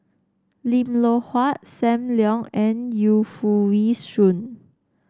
Lim Loh Huat Sam Leong and Yu Foo Yee Shoon